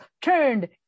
turned